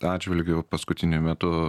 atžvilgiu paskutiniu metu